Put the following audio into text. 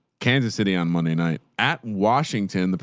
kansas city on monday night at washington,